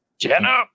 Jenna